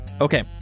Okay